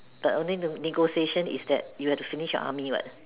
but only the negotiation is that you have to finish your army what